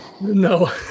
no